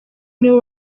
nibo